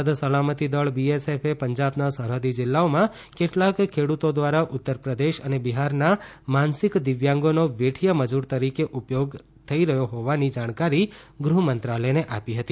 સરહદ સલામતી દળ બીએસએફ એ પંજાબના સરહદી જીલ્લાઓમાં કેટલાક ખેડૂતો દ્વારા ઉત્તરપ્રદેશ અને બિહારના માનસિક દિવ્યાંગોનો વેઠીયા મજૂર તરીકે ઉપયોગ રહ્યો હોવાની જાણકારી ગૃહમંત્રાલયને આપી હતી